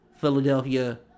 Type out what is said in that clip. Philadelphia